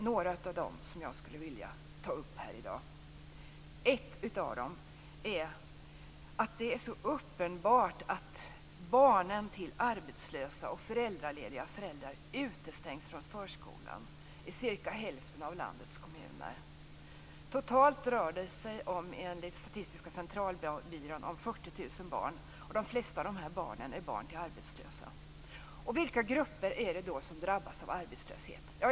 Några av dem vill jag ta upp här i dag. Ett av dem är att det är så uppenbart att barnen till arbetslösa och föräldralediga föräldrar utestängs från förskolan i cirka hälften av landets kommuner. Totalt rör det sig, enligt Statistiska centralbyrån, om 40 000 barn. De flesta av de barnen är barn till arbetslösa. Vilka grupper är det då som drabbas av arbetslöshet?